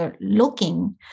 looking